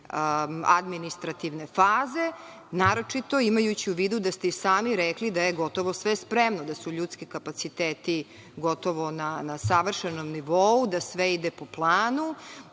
administrativne faze, naročito imajući u vidu da ste i sami rekli da je gotovo sve spremno, da su ljudski kapaciteti gotovo na savršenom nivou, da sve ide po planu